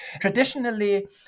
Traditionally